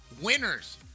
Winners